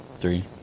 Three